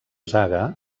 zaga